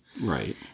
Right